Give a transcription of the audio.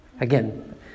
Again